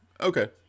Okay